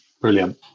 Brilliant